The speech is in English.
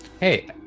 Hey